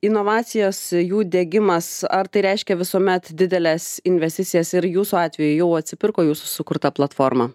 inovacijos jų degimas ar tai reiškia visuomet dideles investicijas ir jūsų atveju jau atsipirko jūsų sukurta platforma